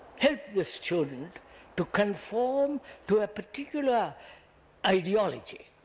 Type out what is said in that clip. help the student to conform to a particular ideology,